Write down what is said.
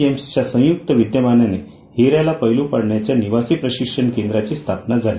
जेम्सच्या संयुक्त विदयमान हिऱ्याला पैलू पाइन्याच्या निवासी प्रशिक्षण केंद्राची स्थापना झाली